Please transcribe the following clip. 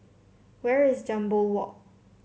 where is Jambol Walk